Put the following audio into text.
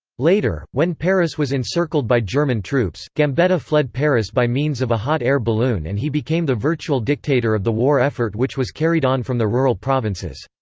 later, when paris was encircled by german troops, gambetta fled paris by means of a hot air balloon and he became the virtual dictator of the war effort which was carried on from the rural provinces.